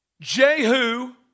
Jehu